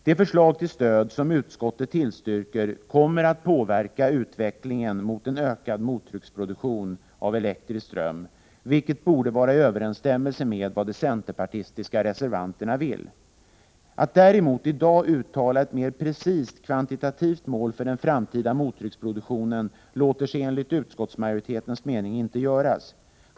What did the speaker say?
De förslag till stöd, som utskottet tillstyrker, kommer att påverka utvecklingen i riktning mot en ökad mottrycksproduktion av elektrisk ström, vilket borde vara i överensstämmelse med vad de centerpartistiska reservanterna vill. Att däremot i dag uttala ett mer precist kvantitativt mål för den framtida mottrycksproduktionen låter sig enligt utskottsmajoritetens mening inte göras.